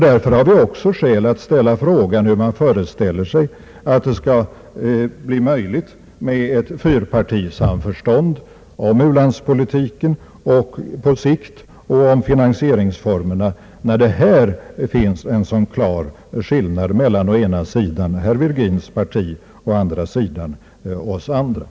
Därför har vi också skäl att fråga hur man föreställer sig att det skall bli möjligt med ett fyrpartisamförstånd om u-landspolitiken på längre sikt och om finansieringsformerna, när det här finns en sådan klar skillnad mellan herr Virgins parti och oss andra.